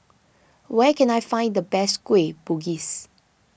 where can I find the best Kueh Bugis